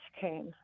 came